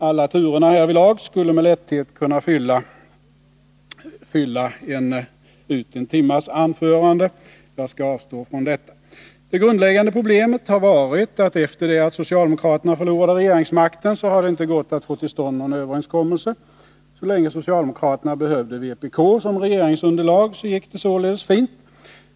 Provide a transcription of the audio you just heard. Alla turerna härvidlag skulle med lätthet kunna fylla ut en timmes anförande. Jag skall avstå från det. Det grundläggande problemet har varit att efter det att socialdemokraterna förlorade regeringsmakten har det inte gått att få till stånd någon överenskommelse. Så länge socialdemokraterna behövde vpk som regeringsunderlag gick det således fint.